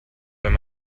wenn